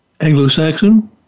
Anglo-Saxon